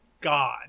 god